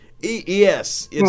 Yes